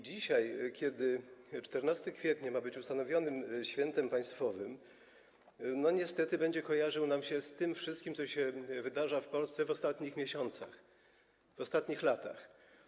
Dzisiaj, kiedy dzień 14 kwietnia ma być ustanowiony świętem państwowym, niestety będzie kojarzył nam się z tym wszystkim, co się wydarza w Polsce w ostatnich miesiącach, w ostatnich latach.